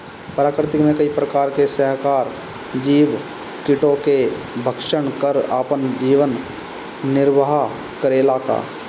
प्रकृति मे कई प्रकार के संहारक जीव कीटो के भक्षन कर आपन जीवन निरवाह करेला का?